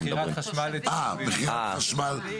מכירת חשמל.